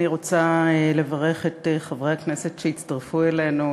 אני רוצה לברך את חברי הכנסת שהצטרפו אלינו,